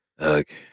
Okay